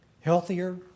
healthier